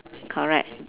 correct